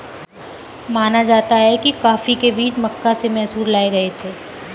माना जाता है कि कॉफी के बीज मक्का से मैसूर लाए गए थे